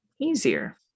easier